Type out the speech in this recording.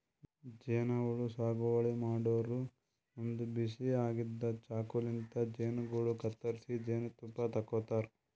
ಜೇನಹುಳ ಸಾಗುವಳಿ ಮಾಡೋರು ಒಂದ್ ಬಿಸಿ ಆಗಿದ್ದ್ ಚಾಕುಲಿಂತ್ ಜೇನುಗೂಡು ಕತ್ತರಿಸಿ ಜೇನ್ತುಪ್ಪ ತಕ್ಕೋತಾರ್